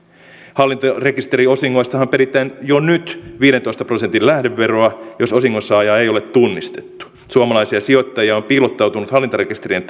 hallintarekisteriosingoistahan peritään jo nyt viidentoista prosentin lähdeveroa jos osingonsaajaa ei ole tunnistettu suomalaisia sijoittajia on piilottautunut hallintarekisterien